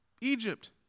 Egypt